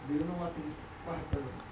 do you know what things what happen or not